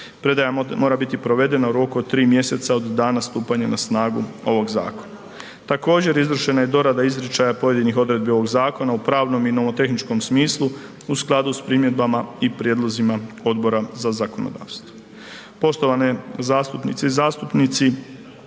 Predaja mora biti provedena u roku od 3 mjeseca od dana stupanja na snagu ovog zakona. Također, izvršena je dorada izričaja pojedinih odredbi ovog zakona u pravnom i nomotehničkom smislu u skladu sa primjedbama i prijedlozima Odbora za zakonodavstvo.